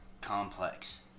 complex